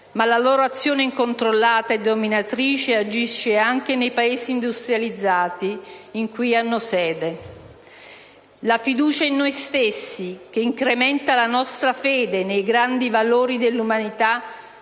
ma la loro azione incontrollata e dominatrice agisce anche nei Paesi industrializzati in cui hanno sede. La fiducia in noi stessi, che incrementa la nostra fede nei grandi valori dell'umanità,